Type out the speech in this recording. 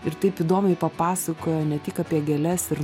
ir taip įdomiai papasakojo ne tik apie gėles ir